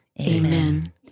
Amen